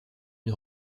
une